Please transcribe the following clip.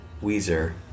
Weezer